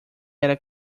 era